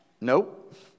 Nope